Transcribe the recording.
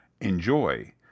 enjoy